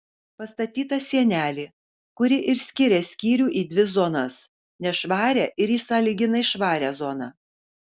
pastatyta sienelė kuri ir skiria skyrių į dvi zonas nešvarią ir į sąlyginai švarią zoną